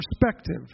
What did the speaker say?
perspective